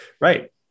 Right